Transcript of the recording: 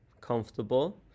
comfortable